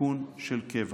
כתיקון של קבע.